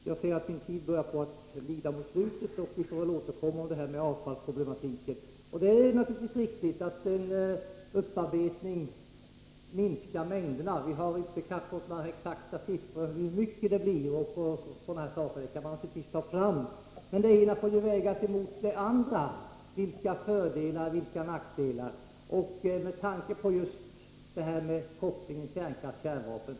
Jag ser att min taletid börjar lida mot sitt slut, så vi får väl återkomma till avfallsproblematiken. Det är naturligtvis riktigt att en upparbetning minskar mängderna. Vi har inte fått några exakta siffror på hur mycket det blir. Sådana uppgifter kan man naturligtvis ta fram. Men det ena får vägas mot det andra — fördelar får vägas mot nackdelar med tanke på just kopplingen mellan kärnkraft och kärnvapen.